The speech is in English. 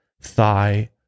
thigh